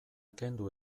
kendu